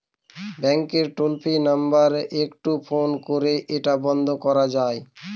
ব্যাংকের toll free number একটু phone করে এটা বন্ধ করা যায়?